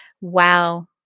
Wow